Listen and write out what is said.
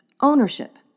ownership